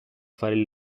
fare